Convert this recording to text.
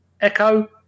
Echo